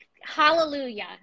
hallelujah